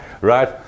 Right